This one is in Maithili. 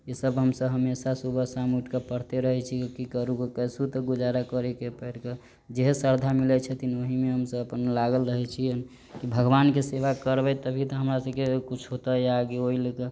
ईसब हमसब हमेशा सुबह शाम ऊइठ कऽ पढ़ते रहै छी की करू कैसहु त गुजारा करे के परतऽ जेहे सरधा मिलै छथिन ओही मे हमसब अपन लागल रहै छी की भगवान के सेवा करबै तभी त हमरासबके कुछ होतै आगे ओही लए कऽ